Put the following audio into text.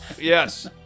yes